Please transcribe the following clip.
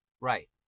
Right